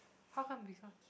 how come this ah